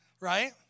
Right